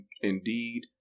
indeed